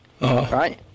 right